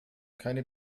keine